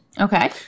Okay